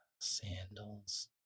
Sandals